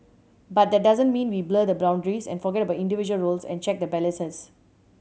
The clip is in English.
but that doesn't mean we blur the boundaries and forget about individual roles and check the balances